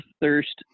thirst